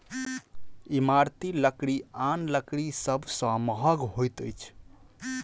इमारती लकड़ी आन लकड़ी सभ सॅ महग होइत अछि